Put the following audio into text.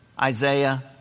Isaiah